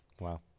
wow